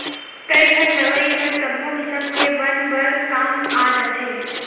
कइठन दवई ह सब्बो किसम के बन बर काम आ जाथे